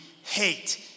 hate